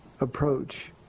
approach